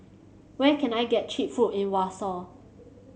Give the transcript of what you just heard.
where can I get cheap food in Warsaw